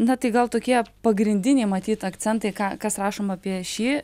na tai gal tokie pagrindiniai matyt akcentai ką kas rašoma apie šį